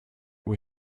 will